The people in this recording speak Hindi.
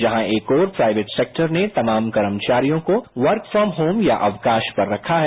जहां एक और प्राइवेट सेक्टर में तमाम कर्मचारियों को वर्क फरोम होम या अवकाश पर रखा है